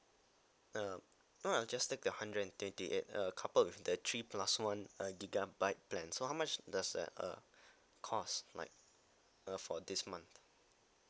uh no I just take the hundred and twenty eight uh couple with the three plus one uh gigabyte plan so how much does that uh cost like uh for this month